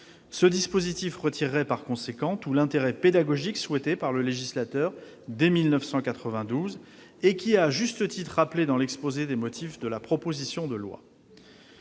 Ce dispositif retirerait par conséquent tout l'intérêt pédagogique souhaité par le législateur dès 1992, qui est rappelé, à juste titre, dans l'exposé des motifs de la présente proposition de loi.